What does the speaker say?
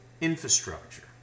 infrastructure